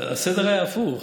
הסדר היה הפוך.